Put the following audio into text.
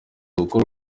gukora